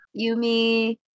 Yumi